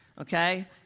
Okay